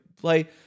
play